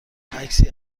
عکسی